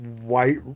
white